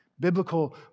Biblical